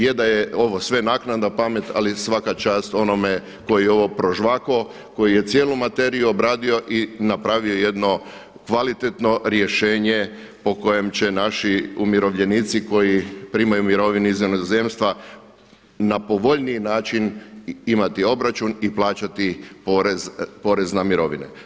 Je da je ovo sve naknadna pamet ali svaka čast onome koji je ovo prožvakao, koji je cijelu materiju obradio i napravio jedno kvalitetno rješenje po kojem će naši umirovljenici koji primaju mirovine iz inozemstva na povoljniji način imati obračun i plaćati porez na mirovine.